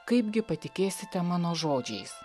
kaipgi patikėsite mano žodžiais